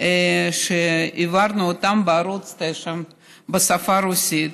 העברנו בערוץ 9 בשפה הרוסית,